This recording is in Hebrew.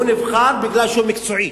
הוא נבחר כי הוא מקצועי,